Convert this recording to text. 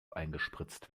eingespritzt